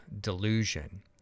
delusion